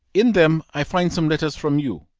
in them i find some letters from you,